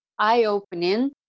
eye-opening